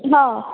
હા